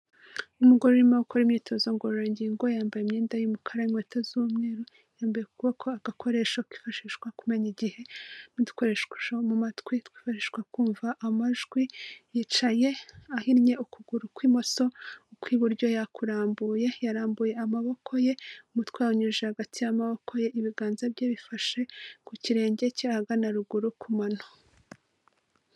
Umugore urimo gukora imyitozo ngororangingo yambaye imyenda y'umukara n'inkweto z'umweru. Yambaye ku kuboko agakoresho kifashishwa kumenya igihe; n'udukoresho mu matwi twifashishwa kumva amajwi, yicaye ahinnye ukuguru kw'imoso, ukw'iburyo yakurambuye. Yarambuye amaboko ye, umutwe yawunyujije hagati y'amaboko ye, ibiganza bye bifashe ku kirenge cya ahagana ruguru, ku mano.